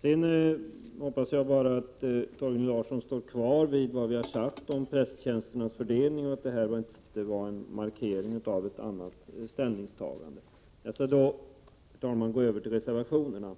Sedan hoppas jag att Torgny Larsson står fast vid vad vi har sagt om prästtjänsternas fördelning — och att detta inte var en markering av ett annat ställningstagande. Jag skall nu, herr talman, gå över till reservationerna.